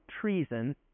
treason